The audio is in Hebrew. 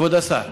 כבוד השר,